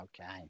okay